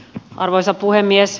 arvoisa puhemies